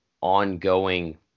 ongoing